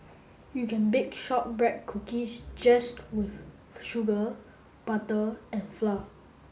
you can bake shortbread cookies just with sugar butter and flour